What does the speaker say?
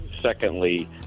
Secondly